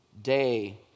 Day